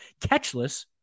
catchless